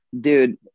dude